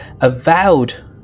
avowed